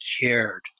cared